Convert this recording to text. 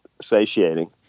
satiating